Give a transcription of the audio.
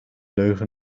leugen